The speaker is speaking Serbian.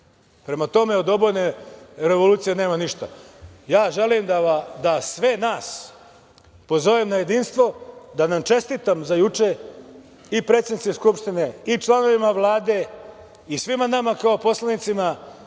Prema tome, od obojene revolucije nema ništa. Ja želim da sve nas pozovem na jedinstvo, da nam čestitam za juče, i predsednici Skupštine i članovima Vlade i svima nama kao poslanicima,